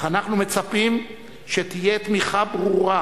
אך אנחנו מצפים שתהיה תמיכה ברורה